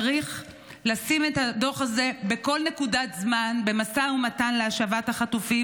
צריך לשים את הדוח הזה בכל נקודת זמן במשא ומתן להשבת החטופים.